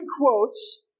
quotes